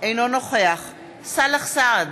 אינו נוכח סאלח סעד,